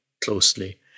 closely